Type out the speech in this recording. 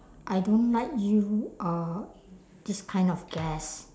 I don't like you uh this kind of guest